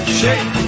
shake